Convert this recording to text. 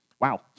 Wow